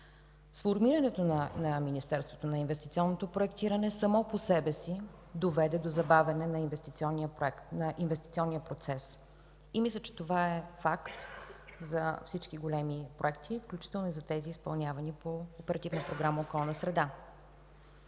Сформирането на Министерството на инвестиционното проектиране само по себе си доведе до забавяне на инвестиционния процес и мисля, че това е факт за всички големи проекти, включително и за тези, изпълнявани по Оперативна програма „Околна среда”.